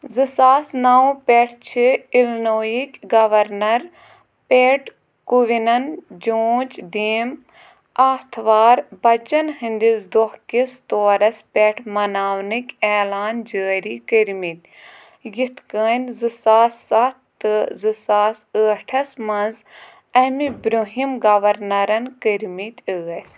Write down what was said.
زٕ ساس نَو پٮ۪ٹھ چھِ اِلنویِکۍ گورنَر پٮ۪ٹھ کووِنَن جونٛچ دیٖم آتھوار بَچن ہٕنٛدِس دۄہ کِس طورس پٮ۪ٹھ مناونٕکۍ علان جٲری کٔرۍمٕتۍ یِتھ کٔنۍ زٕ ساس سَتھ تہٕ زٕ ساس ٲٹھَس منٛز اَمہِ برُنٛہِم گورنرَن کٔرۍمٕتۍ ٲسۍ